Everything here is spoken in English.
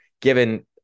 given